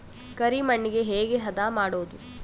ಕರಿ ಮಣ್ಣಗೆ ಹೇಗೆ ಹದಾ ಮಾಡುದು?